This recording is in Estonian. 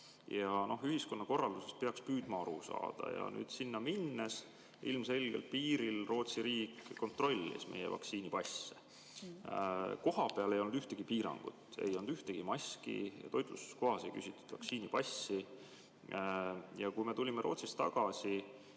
Ühiskonnakorraldusest peaks püüdma aru saada. Sinna minnes ilmselgelt Rootsi riik kontrollis piiril meie vaktsiinipasse. Kohapeal ei olnud ühtegi piirangut, ei olnud ühtegi maski, toitlustuskohas ei küsitud vaktsiinipassi. Kui me aga Rootsist tagasi